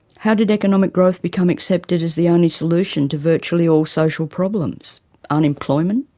how did economic growth become accepted as the only solution to virtually all social problems unemployment,